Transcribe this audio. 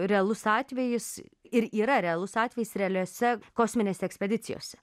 realus atvejis ir yra realus atvejis realiose kosminėse ekspedicijose